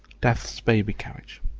death's baby-carriage.